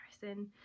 person